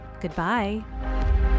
goodbye